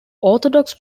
orthodox